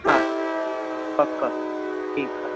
हा पकु ठीकु आहे